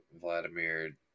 Vladimir